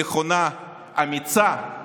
נכונה, אמיצה.